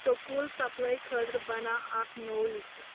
school supply خٲطرٕ بناو اکھ نٔو لسٹہٕ